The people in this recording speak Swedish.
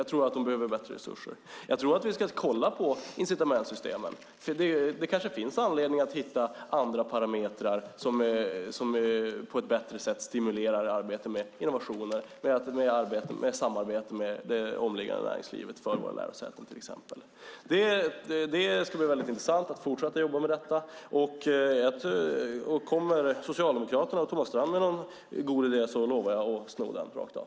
Jag tror att de behöver bättre resurser. Jag tror att vi ska kolla på incitamentssystemen. Det kanske finns anledning att hitta andra parametrar som på ett bättre sätt stimulerar arbetet med innovationer och våra lärosätens samarbete med det omkringliggande näringslivet till exempel. Det skulle vara väldigt intressant att fortsätta jobba med detta. Kommer Socialdemokraterna och Thomas Strand med någon god idé lovar jag att sno den rakt av.